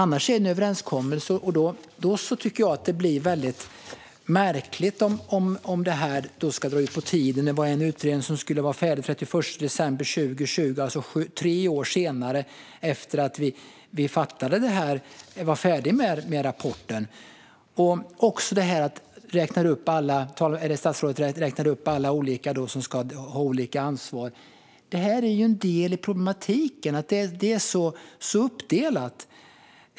Annars är det en överenskommelse, och då tycker jag att det är märkligt om det drar ut på tiden. En utredning skulle vara färdig den 31 december 2020, alltså tre år efter att vi var färdiga med rapporten. Statsrådet räknade också upp alla olika som ska ha olika ansvar. Det är ju en del i problematiken att det är så uppdelat.